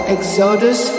Exodus